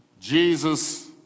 Jesus